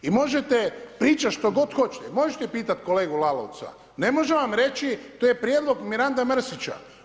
I možete pričati što god hoćete, možete pitat kolegu Lalovca, ne može vam reći, to je prijedlog Miranda Mrsića.